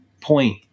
point